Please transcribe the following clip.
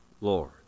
Lord